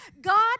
God